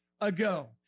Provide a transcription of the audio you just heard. ago